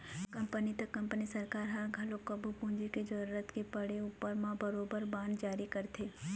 company त company सरकार ह घलोक कभू पूंजी के जरुरत के पड़े उपर म बरोबर बांड जारी करथे